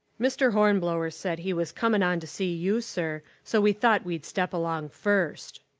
mr. hornblower said he was comin' on to see you, sir. so we thought we'd step along first.